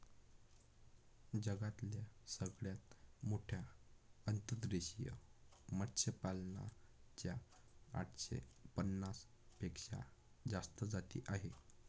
जगातल्या सगळ्यात मोठ्या अंतर्देशीय मत्स्यपालना च्या आठशे पन्नास पेक्षा जास्त जाती आहे